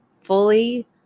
fully